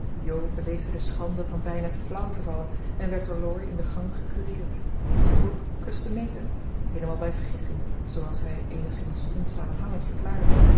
jo beleefde de schande van bijna flauw te vallen en werd door laurie in de gang gecureerd brooke kuste meta heelemaal bij vergissing zooals hij eenigszins onsamenhangend verklaarde